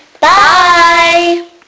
Bye